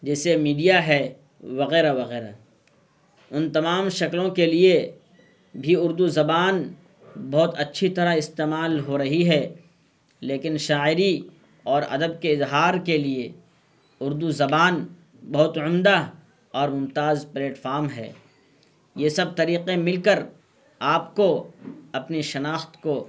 جیسے میڈیا ہے وغیرہ وغیرہ ان تمام شکلوں کے لیے بھی اردو زبان بہت اچھی طرح استعمال ہو رہی ہے لیکن شاعری اور ادب کے اظہار کے لیے اردو زبان بہت عمدہ اور ممتاز پلیٹفام ہے یہ سب طریقے مل کر آپ کو اپنی شناخت کو